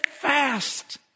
fast